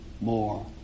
more